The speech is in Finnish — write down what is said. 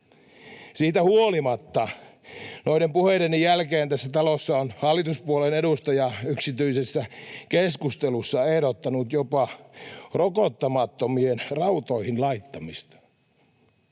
Siitä huolimatta noiden puheiden jälkeen tässä talossa on hallituspuolueen edustaja yksityisessä keskustelussa ehdottanut jopa rokottamattomien rautoihin laittamista.